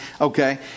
Okay